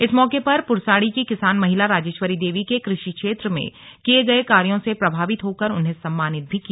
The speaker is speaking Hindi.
इस मौके पर प्रसाड़ी की किसान महिला राजेश्वरी देवी के कृषि क्षेत्र में किये गये कार्यों से प्रभावित होकर उन्हें सम्मानित भी किया